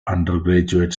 undergraduate